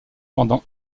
pendant